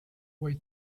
way